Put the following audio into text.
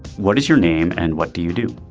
what is your name and what do you do.